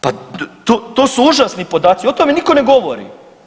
Pa to su užasni podaci, o tome nitko ne govori.